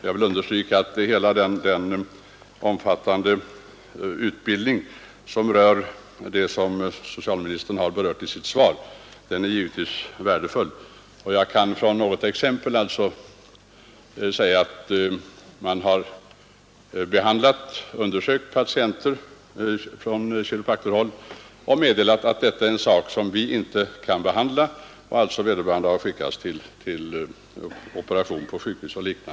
Jag vill understryka att hela den omfattande utbildning som socialministern har berört i sitt svar givetvis är värdefull, och jag känner till fall där kiropraktorer efter att ha undersökt patienter har skickat vederbörande till operation eller annan behandling på sjukhus.